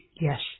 Yes